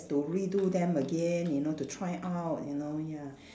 to redo them again you know to try out you know ya